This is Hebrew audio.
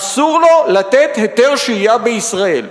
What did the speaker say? אסור לו לתת היתר שהייה בישראל.